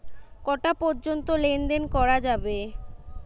কটা পর্যন্ত লেন দেন করা যাবে?